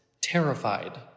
terrified